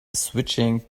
switching